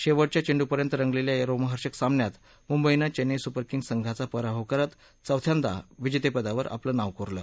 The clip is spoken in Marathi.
शेवटच्या चेंडूपर्यंत रंगलेल्या या रोमहर्षक सामन्यात मुंबईनं चेन्नई सुपर किंग्ज संघाचा पराभव करत चौथ्यांदा विजेतेपदावर आपलं नाव कोरलं